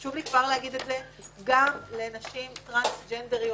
חשוב לי להגיד את זה גם לנשים טרנסג'נדריות.